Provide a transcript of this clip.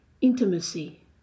intimacy